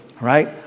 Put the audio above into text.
right